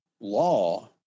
law